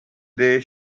day